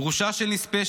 גרושה של נספה,